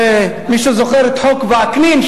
מי שזוכר את החוק של וקנין,